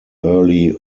early